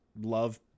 love